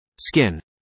Skin